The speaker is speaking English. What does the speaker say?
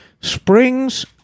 springs